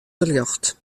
berjocht